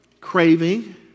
craving